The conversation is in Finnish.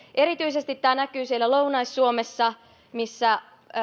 erityisesti tämä näkyy siellä lounais suomessa missä